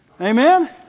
Amen